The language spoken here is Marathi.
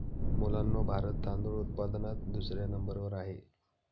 मुलांनो भारत तांदूळ उत्पादनात दुसऱ्या नंबर वर आहे